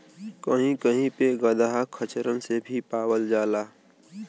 कही कही पे गदहा खच्चरन से भी पावल जाला